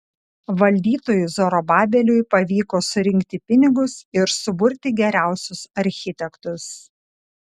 valdytojui zorobabeliui pavyko surinkti pinigus ir suburti geriausius architektus